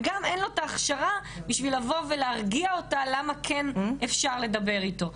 וגם אין לו את ההכשרה בשביל לבוא ולהרגיע אותה למה כן אפשר לדבר איתו.